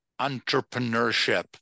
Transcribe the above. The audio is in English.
entrepreneurship